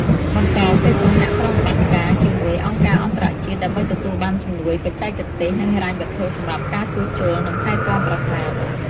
បន្តកិច្ចសហប្រតិបត្តិការជាមួយអង្គការអន្តរជាតិ ដើម្បីទទួលបានជំនួយបច្ចេកទេស និងហិរញ្ញវត្ថុសម្រាប់ការជួសជុល និងថែទាំប្រាសាទ។